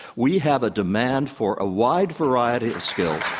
we have a demand for a wide variety of skills